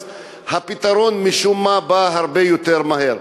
אז הפתרון משום מה בא הרבה יותר מהר.